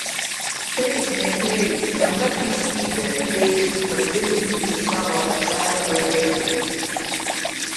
taip mielieji šventa teisybė teikėsi patvirtinti iš savo tarpelio eugenijus